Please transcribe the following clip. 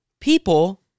people